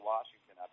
Washington